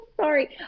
sorry